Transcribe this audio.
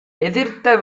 எதிர்த்த